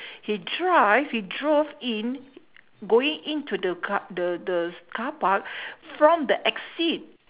he drive he drove in going into the car the the car park from the exit